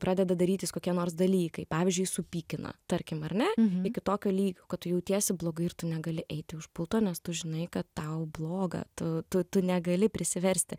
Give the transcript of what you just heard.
pradeda darytis kokie nors dalykai pavyzdžiui supykina tarkim ar ne iki tokio lygio kad tu jautiesi blogai ir tu negali eiti už pulto nes tu žinai kad tau bloga tu tu tu negali prisiversti